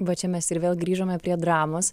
va čia mes ir vėl grįžome prie dramos